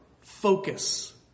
focus